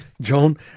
Joan